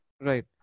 right